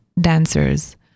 dancers